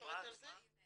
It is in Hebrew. --- את